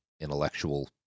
intellectual